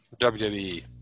WWE